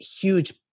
huge